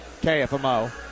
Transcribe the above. KFMO